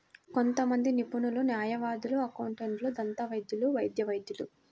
కొంతమంది నిపుణులు, న్యాయవాదులు, అకౌంటెంట్లు, దంతవైద్యులు, వైద్య వైద్యులు